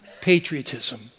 patriotism